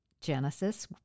Genesis